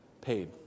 Paid